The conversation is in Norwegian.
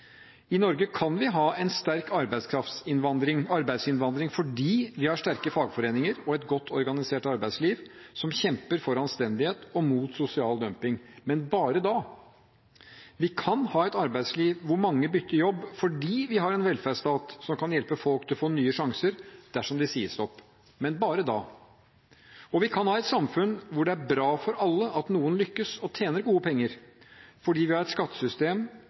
I Norge kan vi ha en sterk arbeidsinnvandring fordi vi har sterke fagforeninger og et godt organisert arbeidsliv, som kjemper for anstendighet og mot sosial dumping – men bare da. Vi kan ha et arbeidsliv hvor mange bytter jobb, fordi vi har en velferdsstat som kan hjelpe folk til å få nye sjanser dersom de sies opp – men bare da. Og vi kan ha et samfunn hvor det er bra for alle at noen lykkes og tjener gode penger, fordi vi har et skattesystem